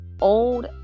old